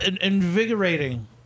invigorating